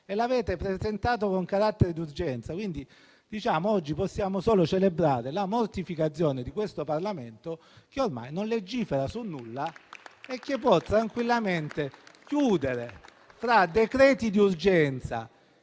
che avete presentato con carattere d'urgenza. Quindi, oggi possiamo solo celebrare la mortificazione di questo Parlamento, che ormai non legifera su nulla e che può tranquillamente chiudere. Tra decreti di urgenza